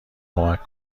کمک